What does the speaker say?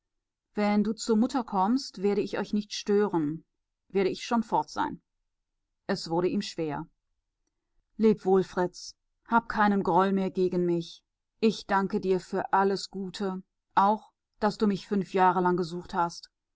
wenn du zu mutter kommst werde ich euch nicht stören werde ich schon fort sein es wurde ihm schwer leb wohl fritz hab keinen groll mehr gegen mich ich danke dir für alles gute auch daß du mich fünf jahre lang gesucht hast